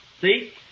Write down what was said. See